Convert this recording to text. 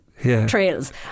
Trails